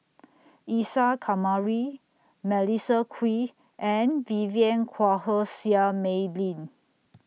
Isa Kamari Melissa Kwee and Vivien Quahe Seah Mei Lin